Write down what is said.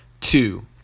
Two